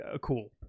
cool